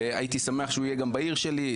והייתי שמח שהוא יהיה גם בעיר שלי,